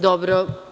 Dobro.